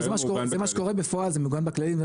זה מה שקורה בפועל זה מעוגן בכללים,